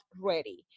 ready